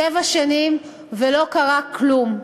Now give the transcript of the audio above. שבע שנים, ולא קרה כלום.